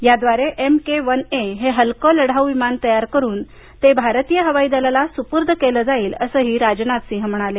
याद्वारे M K one A हे हलकं लढाऊ विमान तयार करून ते भारतीय हवाई दलाला सुपूर्द केलं जाईल असं राजनाथ सिंह म्हणाले